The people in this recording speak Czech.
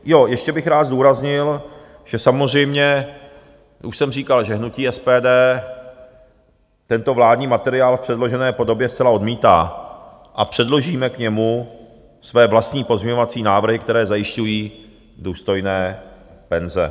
Jo, ještě bych rád zdůraznil, že samozřejmě už jsem říkal, že hnutí SPD tento vládní materiál v předložené podobě zcela odmítá a předložíme k němu své vlastní pozměňovací návrhy, které zajišťují důstojné penze.